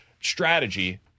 strategy